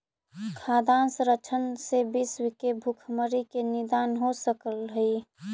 खाद्यान्न संरक्षण से विश्व के भुखमरी के निदान हो सकऽ हइ